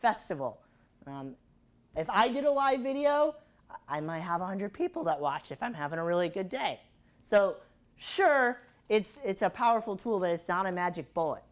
festival if i did a live video i might have a hundred people that watch if i'm having a really good day so sure it's a powerful tool is not a magic bullet